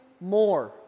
more